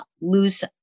lose